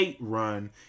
run